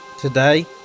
Today